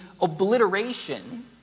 obliteration